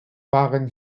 waren